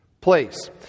place